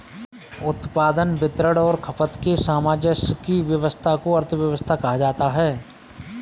उत्पादन, वितरण और खपत के सामंजस्य की व्यस्वस्था को अर्थव्यवस्था कहा जाता है